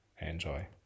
enjoy